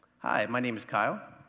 hi, my name is kyle,